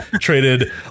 traded